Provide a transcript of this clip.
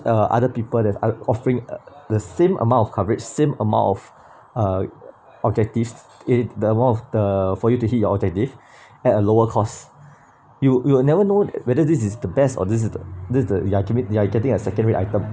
uh other people that are offering uh the same amount of coverage same amount of uh objectives in the amount of the for you to hit your objective at a lower cost you you will never known whether this is the best or this is the this is the you are getting you are getting a second rate item